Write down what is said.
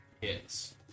hits